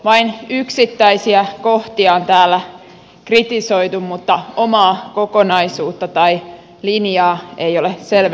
vain yksittäisiä kohtia on täällä kritisoitu mutta omaa kokonaisuutta tai linjaa ei ole selvennetty